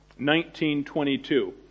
1922